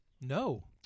no